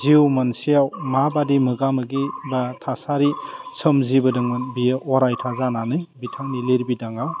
जिउ मोनसेयाव माबादि मोगा मोगि बा थासारि सोमजिबोदोंमोन बे अरायथा जानानै बिथांनि लिरबिदाङाव